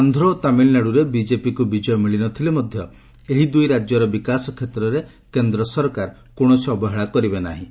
ଆନ୍ଧ୍ର ଓ ତାମିଲନାଡୁରେ ବିଜେପିକୁ ବିଜୟ ମିଳିନଥିଲେ ମଧ୍ୟ ଏହି ଦୁଇ ରାଜ୍ୟର ବିକାଶ କ୍ଷେତ୍ରରେ କେନ୍ଦ୍ର ସରକାର କୌଣସି ଅବହେଳା କରିବେ ନାହିଁ